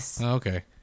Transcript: okay